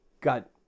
got